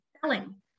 selling